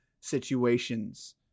situations